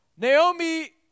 Naomi